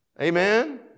Amen